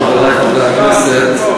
היושב-ראש, חברי חברי הכנסת,